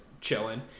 chilling